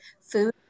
food